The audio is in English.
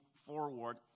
forward